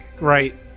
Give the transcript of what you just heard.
right